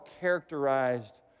characterized